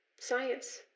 Science